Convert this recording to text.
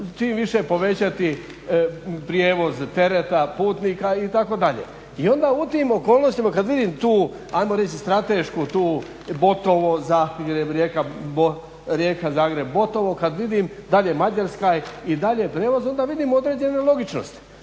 čim više povećati prijevoz tereta putnika itd. I onda u tim okolnostima kad vidim tu hajmo reći stratešku tu Botovo, …/Govornik se ne razumije./… Rijeka – Zagreb – Botovo kad vidim dalje Mađarska i dalje prijevoz onda vidim određene logičnosti.